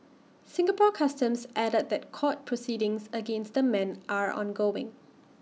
Singapore Customs added that court proceedings against the men are ongoing